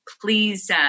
please